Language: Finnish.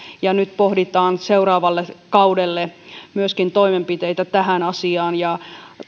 ja nyt pohditaan seuraavalle kaudelle myöskin toimenpiteitä tähän asiaan ja